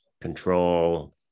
control